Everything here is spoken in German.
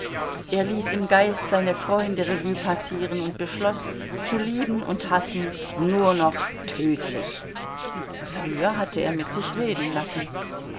er ließ im geist seine freunde revue passieren und beschloß zu lieben und hassen nur noch tödlich früher hatte er mit sich reden lassen